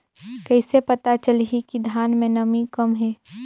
कइसे पता चलही कि धान मे नमी कम हे?